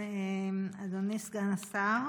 אדוני סגן השר,